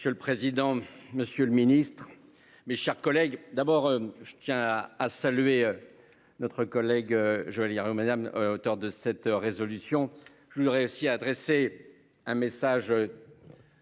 Monsieur le président, Monsieur le Ministre, mes chers collègues. D'abord je tiens à saluer. Notre collègue Joël Guerriau. Auteur de cette résolution. Je voudrais aussi adressé un message.